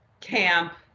camp